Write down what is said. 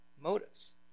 motives